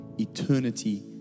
eternity